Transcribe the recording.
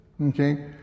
Okay